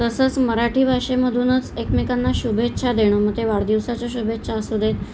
तसंच मराठी भाषेमधूनच एकमेकांना शुभेच्छा देणं मग ते वाढदिवसाच्या शुभेच्छा असू देत